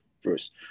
first